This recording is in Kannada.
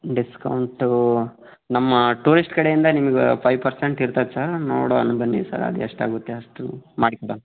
ಡಿಸ್ಕೌಂಟೂ ನಮ್ಮ ಟೂರಿಶ್ಟ್ ಕಡೆಯಿಂದ ನಿಮಗೆ ಫೈಯ್ ಪರ್ಸೆಂಟ್ ಇರ್ತೈತೆ ಸರ್ ನೋಡೋಣ ಬನ್ನಿ ಸರ್ ಅದು ಎಷ್ಟಾಗುತ್ತೆ ಅಷ್ಟು ಮಾಡಿ ಕೊಡೋಣ